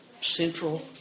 central